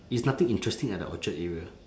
it's nothing interesting at the orchard area